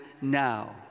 now